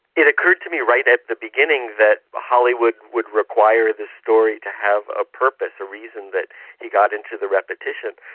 it occurred to me right at the beginning that hollywood would require this story to have a purpose, a reason that he got into the repetition.